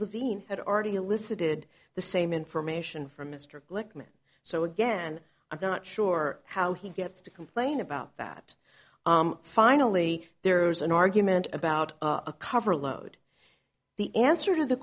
levine had already elicited the same information from mr glickman so again i'm not sure how he gets to complain about that finally there's an argument about a cover load the answer to the